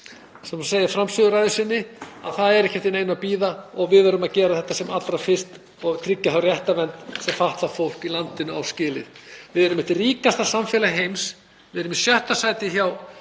sem sagði í framsöguræðu sinni að það væri ekki eftir neinu að bíða og við yrðum að gera þetta sem allra fyrst og tryggja þá réttarvernd sem fatlað fólk í landinu á skilið. Við erum eitt ríkasta samfélag heims. Við erum í sjötta sæti hjá